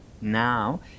Now